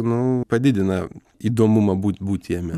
nu padidina įdomumą būt būti jame